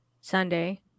Sunday